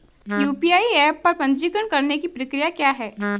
UPI app पर पंजीकरण करने की प्रक्रिया क्या है?